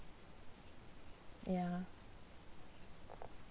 ya